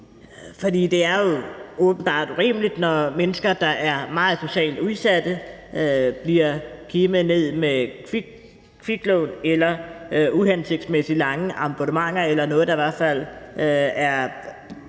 For det er jo åbenbart urimeligt, når mennesker, der er meget socialt udsatte, bliver kimet ned om kviklån eller uhensigtsmæssigt lange abonnementer eller noget, der, kan man sige,